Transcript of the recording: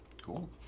Cool